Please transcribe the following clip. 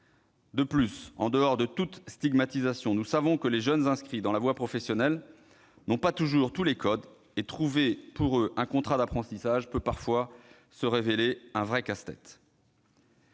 De plus, en dehors de toute stigmatisation, nous savons que les jeunes inscrits dans la voie professionnelle n'ont pas toujours tous les codes : trouver un contrat d'apprentissage peut parfois se révéler pour eux un vrai casse-tête.